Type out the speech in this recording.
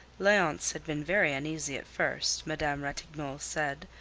leonce had been very uneasy at first, madame ratignolle said,